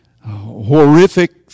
horrific